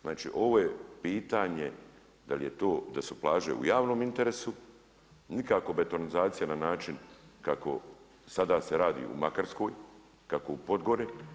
Znači ovo je pitanje da li je to da su plaže u javnom interesu, nikako betonizacija na način kako sada se radi u Makarskoj, kako u Podgori.